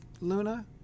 Luna